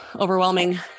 overwhelming